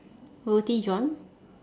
roti john